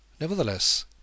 Nevertheless